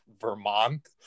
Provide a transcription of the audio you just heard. Vermont